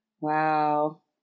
Wow